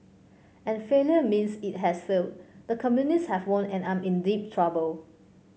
and failure means it has failed the communists have won and I'm in deep trouble